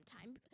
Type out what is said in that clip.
time